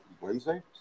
Wednesday